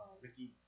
Ricky